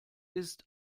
ist